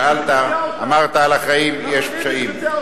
שאלת, אמרת: לפשעים יש אחראים.